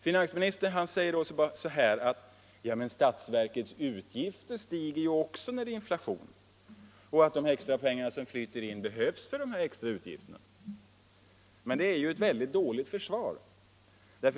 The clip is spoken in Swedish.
Finansministern säger då: Ja, men statsverkets utgifter stiger också med inflationen, och de extra pengar som flyter in behövs för dessa extra utgifter. Men det är ett mycket dåligt försvar.